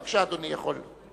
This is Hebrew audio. בבקשה, אדוני יכול.